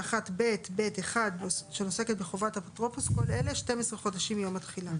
21ב(ב)(1) (חובות אפוטרופוס) 12 חודשים מיום התחילה.